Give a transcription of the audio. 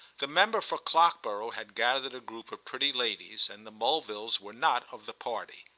the member for clockborough had gathered a group of pretty ladies, and the mulvilles were not of the party.